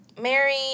Mary